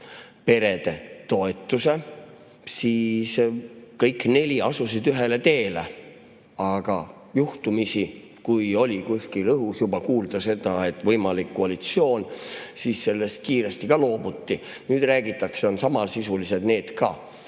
perede toetuse, siis kõik neli asusid ühele teele. Aga juhtumisi, kui oli kuskil õhus juba kuulda seda, et on võimalik koalitsioon, siis sellest kiiresti loobuti. Nüüd räägitakse, et on samasisulised need ka.